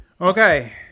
Okay